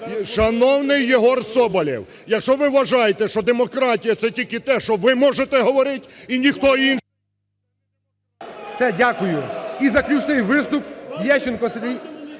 Шановний Єгор Соболєв, якщо ви вважаєте, що демократія – це тільки те, що ви можете говорити і ніхто інший...